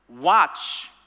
watch